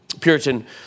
Puritan